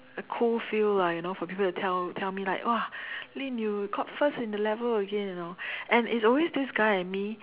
a cool feel lah you know for people to tell tell me like !wah! Lynn you got first in the level again you know and it's always this guy and me